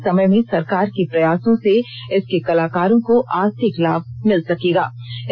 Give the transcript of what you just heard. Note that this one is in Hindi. आने वाले समय में सरकार के प्रयासों से इसके कलाकारों को आर्थिक लाभ मिल सकेगा